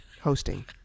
hosting